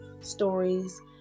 stories